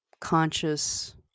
conscious